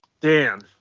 Dan